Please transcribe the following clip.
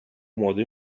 młody